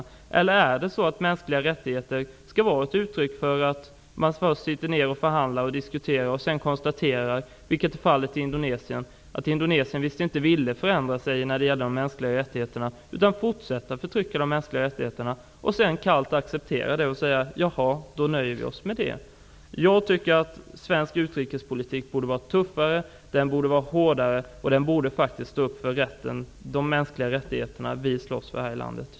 Skall man i fråga om mänskliga rättigheter nöja sig med att först förhandla och diskutera, sedan konstatera -- vilket är fallet med Indonesien -- att Indonesien inte vill förändra sig på den punkten utan fortsätter förtrycket av de mänskliga rättigheterna, och sedan bara kallt acceptera detta? Jag tycker att svensk utrikespolitik borde vara tuffare, hårdare och stå upp för de mänskliga rättigheter vi slåss för här i landet.